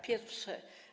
Pierwsze.